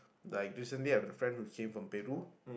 like recently I have a friend who came from Peru